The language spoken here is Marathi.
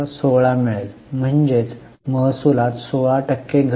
16 मिळेल म्हणजेच महसुलात 16 टक्के घट